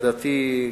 לדעתי,